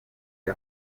nko